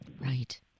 Right